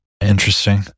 Interesting